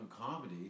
comedy